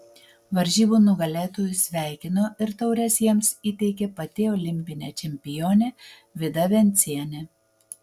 varžybų nugalėtojus sveikino ir taures jiems įteikė pati olimpinė čempionė vida vencienė